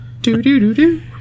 Do-do-do-do